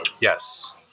Yes